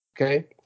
Okay